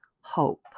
hope